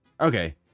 okay